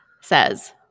says